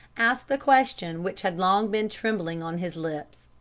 asked a question which had long been trembling on his lips.